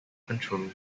controls